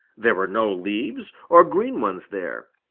there were no leaves or green ones there.